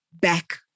back